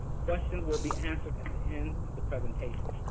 questions will be answered at the end of the presentation.